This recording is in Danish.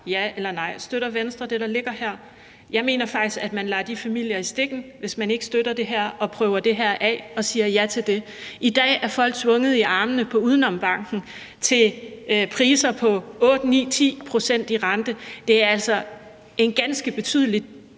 Ja eller nej – støtter Venstre det, der ligger her? Jeg mener faktisk, at man lader de familier i stikken, hvis man ikke støtter det her og prøver det af og siger ja til det. I dag er folk tvunget i armene på UdenomBanken med priser på 8, 9, 10 pct. i rente. Det er altså en ganske betydelig